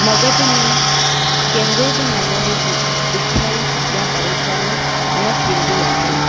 मग़ज़ में कहिड़े बि नमूने जी ॾुखियाई या परेशानी न थींदी आहे